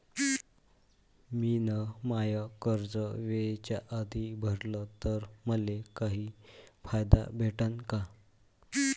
मिन माय कर्ज वेळेच्या आधी भरल तर मले काही फायदा भेटन का?